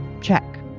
check